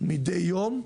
מידי יום,